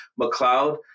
McLeod